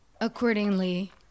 accordingly